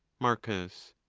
marcus.